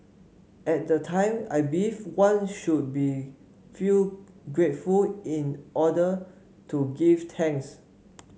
at the time I believed one should feel grateful in order to give thanks